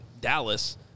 Dallas